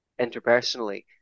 interpersonally